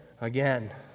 again